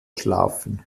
schlafen